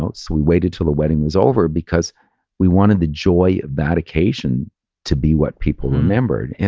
ah so we waited till the wedding was over because we wanted the joy of that occasion to be what people remembered. and